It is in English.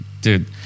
dude